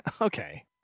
okay